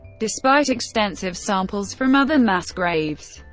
despite extensive samples from other mass graves.